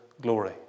glory